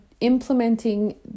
implementing